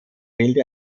bild